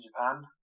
Japan